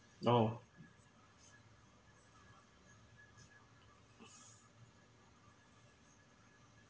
no